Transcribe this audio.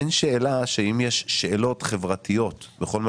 אין שאלה שאם יש שאלות חברתיות בכל מה